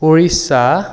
Orissa